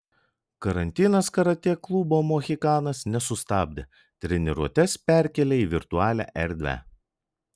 karantinas karatė klubo mohikanas nesustabdė treniruotes perkėlė į virtualią erdvę